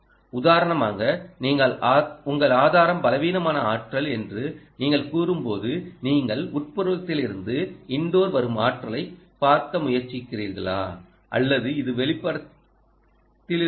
உதாரணமாக உங்கள் ஆதாரம் பலவீனமான ஆற்றல் என்று நீங்கள் கூறும்போது நீங்கள் உட்புறத்திலிருந்து வரும் ஆற்றலைப் பார்க்க முயற்சிக்கிறீர்களா அல்லது இது வெளிப்படத்திலிருந்தா